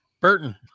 Burton